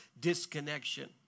disconnection